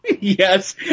Yes